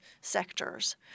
sectors